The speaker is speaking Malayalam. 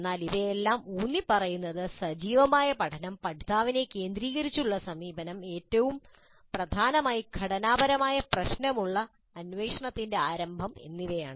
എന്നാൽ ഇവയെല്ലാം ഊന്നിപ്പറയുന്നത് സജീവമായ പഠനം പഠിതാവിനെ കേന്ദ്രീകരിച്ചുള്ള സമീപനം ഏറ്റവും പ്രധാനമായി ഘടനാപരമായ പ്രശ്നമുള്ള അന്വേഷണത്തി൯്റെ ആരംഭം എന്നിവയാണ്